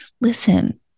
Listen